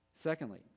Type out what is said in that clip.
Secondly